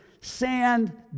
Sand